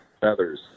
feathers